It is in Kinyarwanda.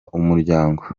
umuryango